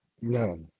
No